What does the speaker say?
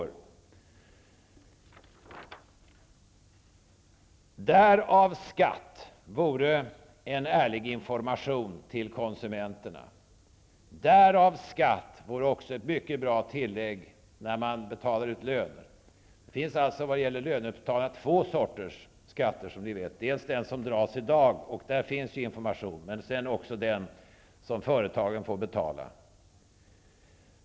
''Därav skatt'' vore en ärlig information till konsumenterna. ''Därav skatt'' vore också ett mycket bra tillägg vid utbetalning av lön. Det finns, som ni vet, när det gäller löneutbetalandet två sorters skatter: dels den som dras på löneutbetalningsdagen och som det lämnas information om, dels den som företagen får betala.